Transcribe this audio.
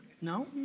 No